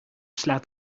slaat